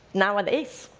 nowadays,